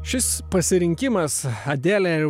šis pasirinkimas adelė